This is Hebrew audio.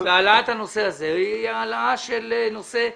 העלאת הנושא הזה היא העלאת נושא חיוני.